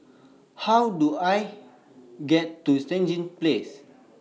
How Do I get to Stangee Place